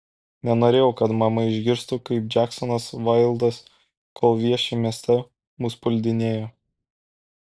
nenorėjau kad mama išgirstų kaip džeksonas vaildas kol vieši mieste mus puldinėja